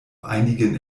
einigen